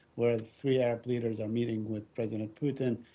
where three arab leaders are meeting with president putin.